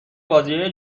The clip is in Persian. بازیای